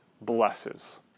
blesses